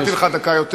אני נתתי לך דקה יותר,